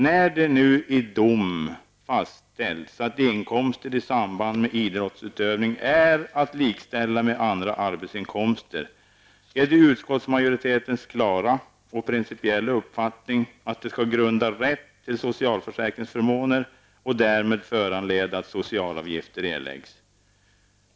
När det nu i dom fastställts att inkomster i samband med idrottsutövning är att likställa med andra arbetsinkomster, är det utskottsmajoritetens klara och principiella uppfattning att dessa inkomster skall grunda rätt till socialförsäkringsförmåner och därmed föranleda att sociala avgifter erläggs.